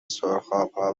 سرخابها